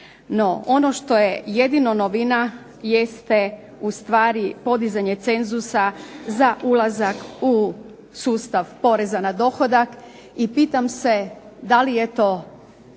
Ono što jeste novina jest ustvari podizanje cenzusa za ulazak u sustav poreza na dohodak i pitam se da li je to